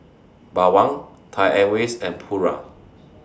Bawang Thai Airways and Pura